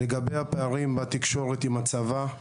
לגבי הפערים בתקשורת עם הצבא,